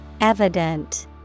Evident